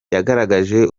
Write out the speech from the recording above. yagaragaje